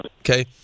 Okay